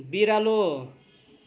बिरालो